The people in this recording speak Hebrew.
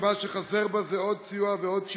שמה שחסר בה זה עוד סיוע ועוד שיכון,